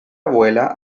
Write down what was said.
abuela